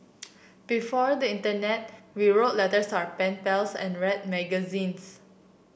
before the internet we wrote letters our pen pals and read magazines